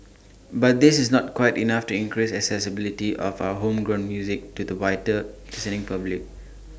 but this is not quite enough to increase accessibility of our homegrown music to the wider listening public